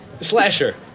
Slasher